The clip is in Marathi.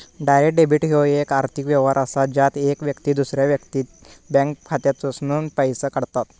डायरेक्ट डेबिट ह्यो येक आर्थिक व्यवहार असा ज्यात येक व्यक्ती दुसऱ्या व्यक्तीच्या बँक खात्यातसूनन पैसो काढता